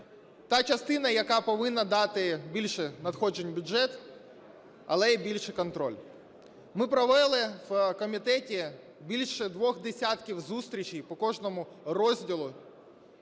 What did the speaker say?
Та частина, яка повинна дати більше надходжень в бюджет, але і більший контроль. Ми провели в комітеті більше двох десятків зустрічей по кожному розділу